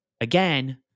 again